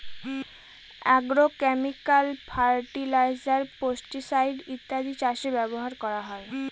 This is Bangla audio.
আগ্রোক্যামিকাল ফার্টিলাইজার, পেস্টিসাইড ইত্যাদি চাষে ব্যবহার করা হয়